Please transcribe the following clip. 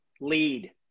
lead